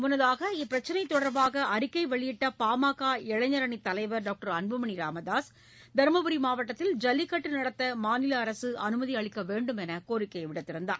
முன்னதாக இப்பிரச்சினை தொடர்பாக அறிக்கை வெளியிட்ட பாமக இளைஞரணித் தலைவர் டாக்டர் அன்புமணி ராமதாஸ் தர்மபுரி மாவட்டத்தில் ஜல்லிக்கட்டு நடத்த மாநில அரசு அனுமதி அளிக்க வேண்டும் என கோரிக்கை விடுத்தார்